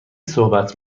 صحبت